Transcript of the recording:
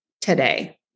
today